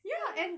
ah